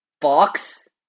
Fox